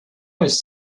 was